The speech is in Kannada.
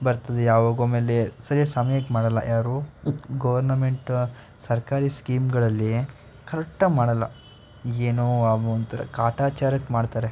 ಬರ್ತದೆ ಯಾವಾಗೊಮ್ಮೆ ಲೆ ಸರ್ಯಾಗಿ ಸಮ್ಯಕ್ಕೆ ಮಾಡಲ್ಲ ಯಾರೂ ಗೋರ್ನಮೆಂಟ್ ಸರ್ಕಾರಿ ಸ್ಕೀಮುಗಳಲ್ಲಿ ಕರಟ್ಟಾಗಿ ಮಾಡಲ್ಲ ಏನೊ ಆಗುವಂತೆ ಕಾಟಾಚಾರಕ್ಕೆ ಮಾಡ್ತಾರೆ